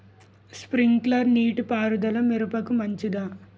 Sprinkler నీటిపారుదల మిరపకు మంచిదా?